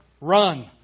Run